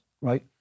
right